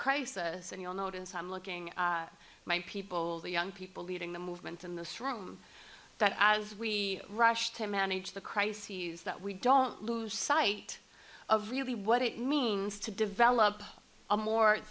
crisis and you'll notice i'm looking at my people the young people leading the movement in this room that as we rush to manage the crises that we don't lose sight of really what it means to develop a more